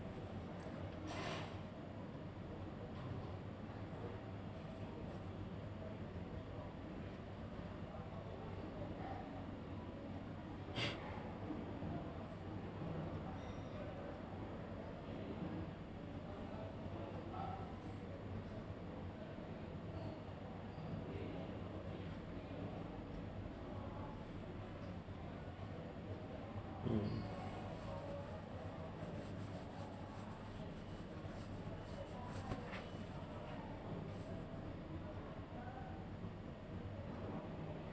mm